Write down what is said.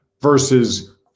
Versus